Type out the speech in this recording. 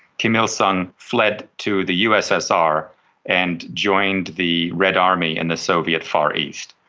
kim il-sung fled to the ussr and joined the red army in the soviet far east,